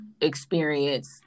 experience